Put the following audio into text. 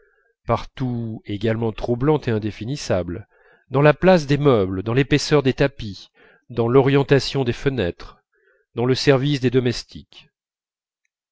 partout également troublantes et indéfinissables dans la place des meubles dans l'épaisseur des tapis dans l'orientation des fenêtres dans le service des domestiques